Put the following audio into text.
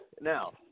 Now